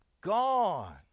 gone